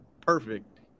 perfect